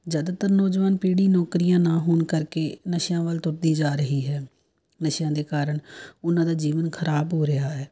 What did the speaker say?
ਜ਼ਿਆਦਾਤਰ ਨੌਜਵਾਨ ਪੀੜ੍ਹੀ ਨੌਕਰੀਆਂ ਨਾ ਹੋਣ ਕਰਕੇ ਨਸ਼ਿਆਂ ਵੱਲ ਤੁਰਦੀ ਜਾ ਰਹੀ ਹੈ ਨਸ਼ਿਆਂ ਦੇ ਕਾਰਨ ਉਹਨਾਂ ਦਾ ਜੀਵਨ ਖਰਾਬ ਹੋ ਰਿਹਾ ਹੈ